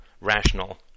rational